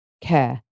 care